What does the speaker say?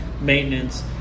maintenance